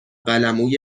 قلموی